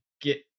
get